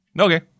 Okay